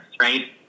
right